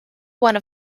one